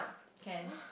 can